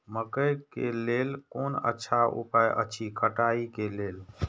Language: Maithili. मकैय के लेल कोन अच्छा उपाय अछि कटाई के लेल?